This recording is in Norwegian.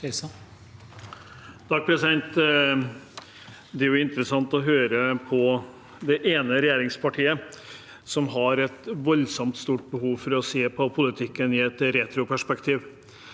Det er interes- sant å høre på det ene regjeringspartiet, som har et voldsomt stort behov for å se på politikken i et retroperspektiv.